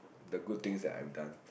the good things that I've done